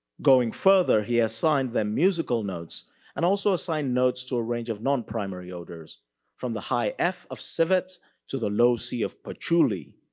going further, he assigned them musical notes and also assigned notes to a range of non-primary odors from the high f of civet to the low c of patchouli.